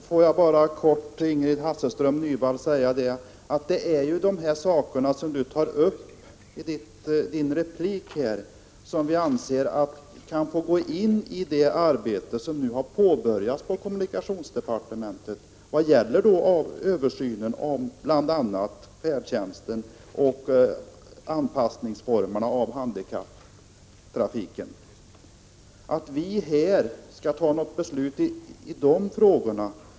Jag vill bara kort säga till Ingrid Hasselström Nyvall att det hon tar upp i sin replik rör just det vi anser kan ingå i det arbete som nu påbörjats i kommunikationsdepartementet och som gäller översynen av bl.a. färdtjänsten och formerna för en handikappanpassning av trafiken.